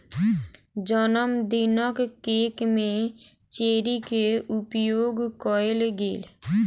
जनमदिनक केक में चेरी के उपयोग कएल गेल